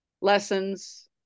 lessons